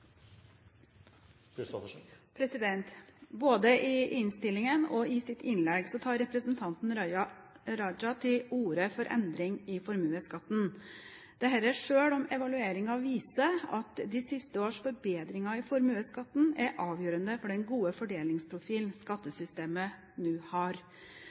Både i innstillingen og i sitt innlegg tar representanten Raja til orde for endring i formuesskatten – dette selv om evalueringen viser at de siste års forbedringer i formuesskatten er avgjørende for den gode fordelingsprofilen skattesystemet nå har.